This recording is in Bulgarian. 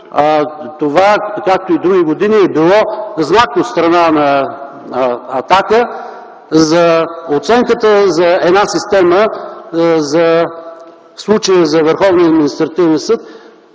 това, както и други години, е било знак от страна на „Атака” за оценката на една система, в случая за